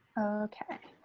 okay.